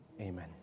Amen